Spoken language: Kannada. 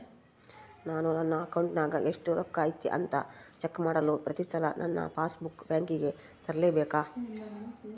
ನಾನು ನನ್ನ ಅಕೌಂಟಿನಾಗ ಎಷ್ಟು ರೊಕ್ಕ ಐತಿ ಅಂತಾ ಚೆಕ್ ಮಾಡಲು ಪ್ರತಿ ಸಲ ನನ್ನ ಪಾಸ್ ಬುಕ್ ಬ್ಯಾಂಕಿಗೆ ತರಲೆಬೇಕಾ?